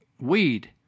weed